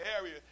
area